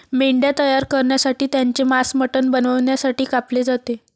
मेंढ्या तयार करण्यासाठी त्यांचे मांस मटण बनवण्यासाठी कापले जाते